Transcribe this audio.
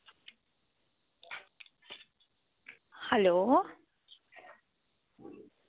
hello